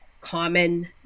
common